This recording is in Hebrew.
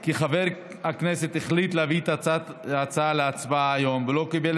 כי חבר הכנסת החליט להביא את ההצעה להצבעה היום ולא קיבל